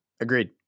Agreed